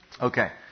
Okay